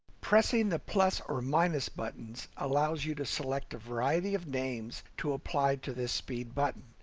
pressing the plus or minus buttons allows you to select a variety of names to apply to this speed button.